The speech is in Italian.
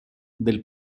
del